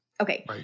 Okay